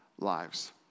lives